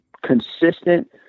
consistent